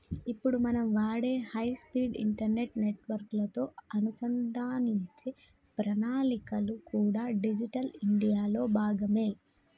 ఇప్పుడు మనం వాడే హై స్పీడ్ ఇంటర్నెట్ నెట్వర్క్ లతో అనుసంధానించే ప్రణాళికలు కూడా డిజిటల్ ఇండియా లో భాగమే